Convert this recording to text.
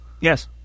Yes